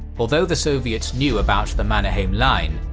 although the soviets knew about the mannerheim line,